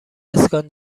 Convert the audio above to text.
اسکان